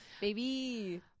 Baby